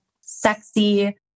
sexy